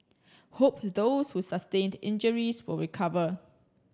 hope those who sustained injuries will recover